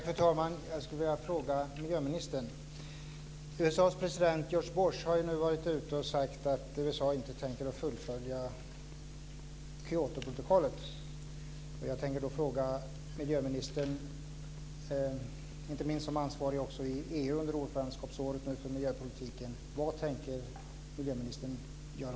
Fru talman! Jag skulle vilja fråga miljöministern. USA:s president George Bush har sagt att USA inte tänker fullfölja Kyotoprotokollet. Jag tänkte fråga miljöministern och inte minst de ansvariga för miljöpolitiken i EU under ordförandeskapsåret: Vad tänker miljöministern göra?